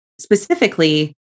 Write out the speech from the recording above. Specifically